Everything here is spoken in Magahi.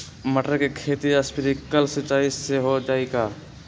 मटर के खेती स्प्रिंकलर सिंचाई से हो जाई का?